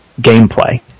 gameplay